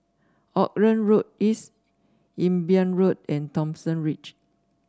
Auckland Road East Imbiah Road and Thomson Ridge